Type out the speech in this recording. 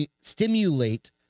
stimulate